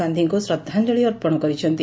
ଗାଧୀଙ୍କୁ ଶ୍ରଦ୍ଧାଞ୍ଞଳି ଅର୍ପଣ କରିଛନ୍ତି